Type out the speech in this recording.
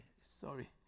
sorry